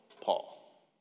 Paul